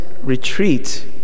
retreat